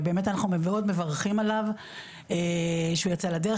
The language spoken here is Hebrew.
ובאמת אנחנו מאוד מברכים עליו שהוא יצא לדרך,